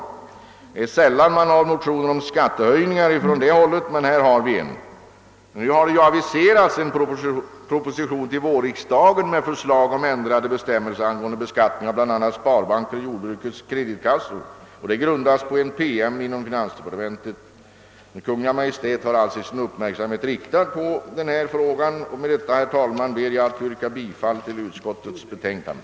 Det är sällan vi får någon motion om skattehöjningar från detta håll men nu har vi alltså fått en sådan framställning. Nu har ju en proposition aviserats till vårriksdagen med förslag om ändrade bestämmelser för beskattning av bl a. sparbanker och jordbrukets kreditkassor. Bakgrunden till detta finns i en promemoria från finansdepartementet, och Kungl. Maj:t har alltså sin uppmärksamhet riktad på denna fråga. Med dessa ord ber jag, herr talman, att få yrka bifall till utskottets betänkande.